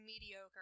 mediocre